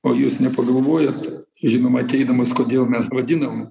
o jūs nepagalvojot žinoma ateidamas kodėl mes vadinom